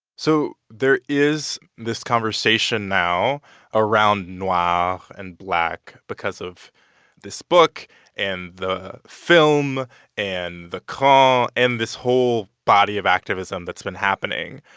so there is this conversation now around noir ah and black because of this book and the film and the cran and this whole body of activism that's been happening.